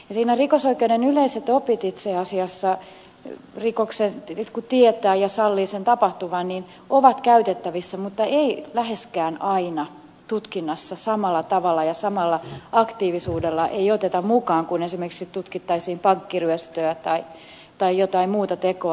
siinä rikosoikeuden yleiset opit itse asiassa siitä kun rikoksen tietää ja sallii sen tapahtuvan ovat käytettävissä mutta niitä ei läheskään aina tutkinnassa samalla tavalla ja samalla aktiivisuudella oteta mukaan kuin esimerkiksi silloin jos tutkittaisiin pankkiryöstöä tai jotain muuta tekoa